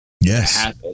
Yes